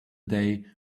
day